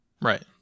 Right